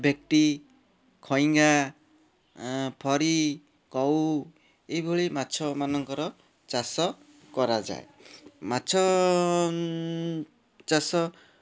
ଭେକଟି ଖଇଙ୍ଗା ଫରୀ କଉ ଏଇଭଳି ମାଛମାନଙ୍କର ଚାଷ କରାଯାଏ ମାଛ ଚାଷ